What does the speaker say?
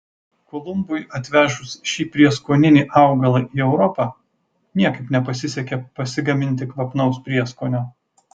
kolumbui atvežus šį prieskoninį augalą į europą niekaip nepasisekė pasigaminti kvapnaus prieskonio